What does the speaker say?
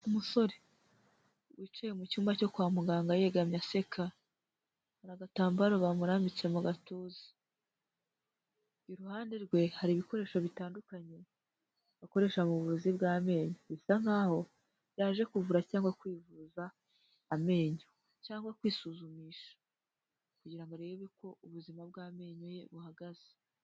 Umusore wicaye mu cyumba cyo kwa muganga yegamye aseka, hari agatambaro bamurambitse mu gatuza. Iruhande rwe hari ibikoresho bitandukanye bakoresha mu buvuzi bw'amenyo, bisa nkaho yaje kuvura cyangwa kwivuza amenyo cyangwa kwisuzumisha kugira ngo arebe uko ubuzima bw'amenyo ye buhagaze.